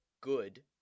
good